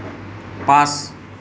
পাঁচ